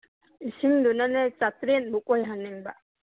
ꯏꯁꯤꯡꯗꯨꯅꯅꯦ ꯆꯥꯇ꯭ꯔꯦꯠꯃꯨꯛ ꯑꯣꯏꯍꯟꯅꯤꯡꯕ